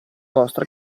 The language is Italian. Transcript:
vostra